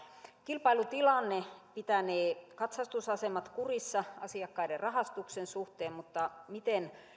kilpailutilanne pitänee katsastusasemat kurissa asiakkaiden rahastuksen suhteen mutta miten